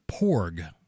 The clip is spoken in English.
porg